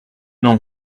non